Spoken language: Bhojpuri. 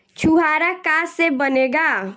छुआरा का से बनेगा?